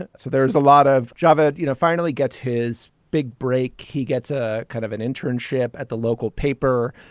and so there is a lot of java that you know finally gets his big break. he gets ah kind of an internship at the local paper.